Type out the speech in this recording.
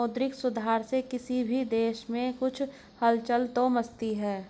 मौद्रिक सुधार से किसी भी देश में कुछ हलचल तो मचती है